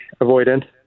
avoidant